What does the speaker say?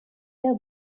their